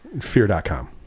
fear.com